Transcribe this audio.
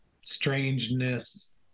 strangeness